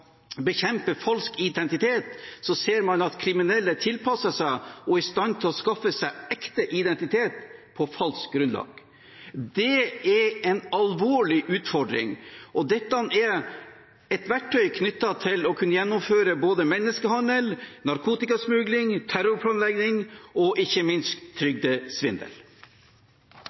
bekjempe falsk identitet, ser man at kriminelle tilpasser seg og er i stand til å skaffe seg ekte identitet på falsk grunnlag. Det er en alvorlig utfordring. Dette er et verktøy for å kunne gjennomføre både menneskehandel, narkotikasmugling, terrorplanlegging og ikke minst